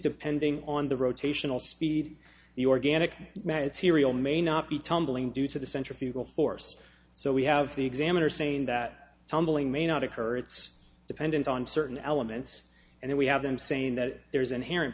depending on the rotational speed the organic material may not be tumbling due to the centrifugal force so we have the examiner saying that tumbling may not occur it's dependent on certain elements and then we have them saying that there is inherent